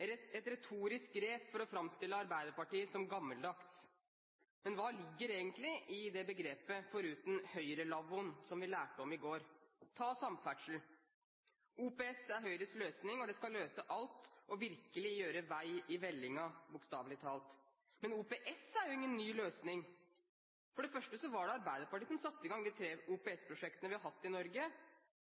et retorisk grep for å framstille Arbeiderpartiet som gammeldags. Men hva ligger egentlig i det begrepet, foruten Høyre-lavvoen, som vi lærte om i går? Ta samferdsel: OPS er Høyres løsning, og det skal løse alt og virkelig gjøre vei i vellinga, bokstavelig talt. Men OPS er jo ingen ny løsning. For det første var det Arbeiderpartiet som satte i gang de tre OPS-prosjektene vi har hatt i Norge.